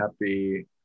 happy